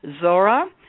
Zora